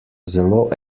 zelo